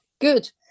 Good